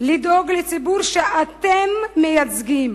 לדאוג לציבור שאתם מייצגים.